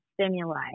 stimuli